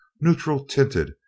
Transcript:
neutral-tinted